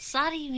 Sorry